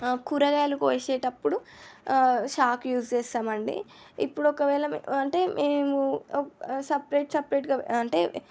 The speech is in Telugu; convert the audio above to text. కూరగాయలు కోసేటప్పుడు చాకు యూస్ చేస్తామండి ఇప్పుడు ఒకవేళ మే అంటే మేము సపరేట్ సపరేట్గా అంటే